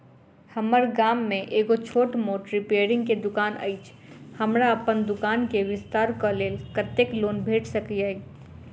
हम्मर गाम मे एगो छोट मोट रिपेयरिंग केँ दुकान अछि, हमरा अप्पन दुकान केँ विस्तार कऽ लेल कत्तेक लोन भेट सकइय?